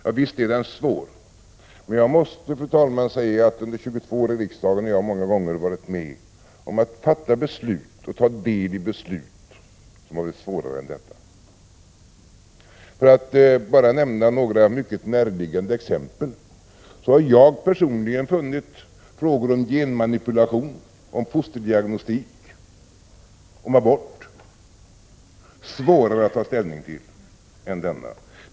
Ja, visst är frågan svår, men jag måste, fru talman, säga att under 22 år i riksdagen har jag många gånger varit med om att ta del i beslut som varit svårare än detta. För att bara nämna några mycket näraliggande exempel kan jag säga att jag personligen har funnit frågor om genmanipulation, fosterdiagnostik och abort svårare att ta ställning till än denna.